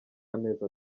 y’amezi